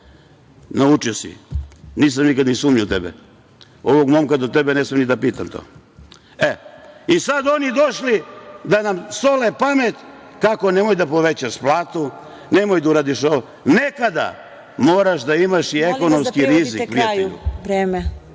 Naučio si, nisam nikad ni sumnjao u tebe. Ovog momka do tebe ne smem ni da pitam to. Sad oni došli da nam sole pamet kako nemoj da povećaš platu, nemoj da uradiš ovo. Nekada moraš da imaš i ekonomski rizik,